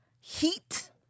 heat